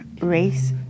Race